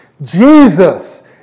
Jesus